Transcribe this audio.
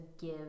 give